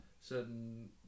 Certain